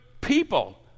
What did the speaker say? people